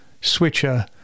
switcher